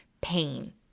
pain